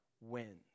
wins